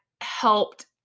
helped